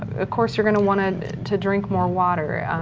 ah course you're going to want to to drink more water.